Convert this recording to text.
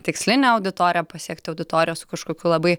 tikslinę auditoriją pasiekti auditoriją su kažkokiu labai